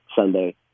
Sunday